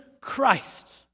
Christ